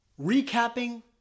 recapping